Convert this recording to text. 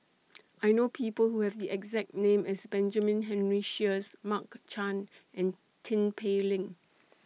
I know People Who Have The exact name as Benjamin Henry Sheares Mark Chan and Tin Pei Ling